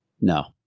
no